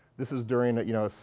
this is during, you know,